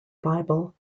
bible